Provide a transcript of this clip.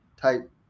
type